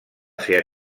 ser